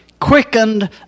Quickened